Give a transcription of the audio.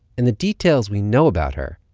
and the details we know about her,